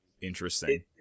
interesting